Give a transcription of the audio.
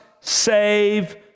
save